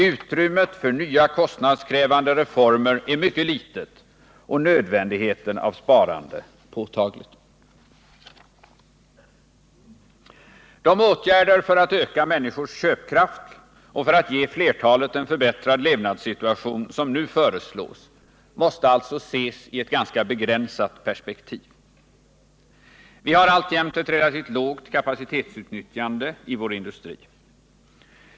Utrymmet för nya kostnadskrävande reformer är mycket litet och nödvändigheten av sparande påtaglig. De åtgärder för att öka människors köpkraft och för att ge flertalet en förbättrad levnadssituation som nu föreslås måste alltså ses i ett ganska begränsat perspektiv. Vi har alltjämt ett relativt lågt kapacitetsutnyttjande i vår industri.